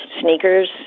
sneakers